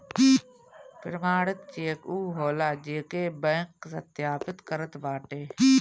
प्रमाणित चेक उ होला जेके बैंक सत्यापित करत बाटे